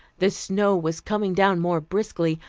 the snow was coming down more briskly,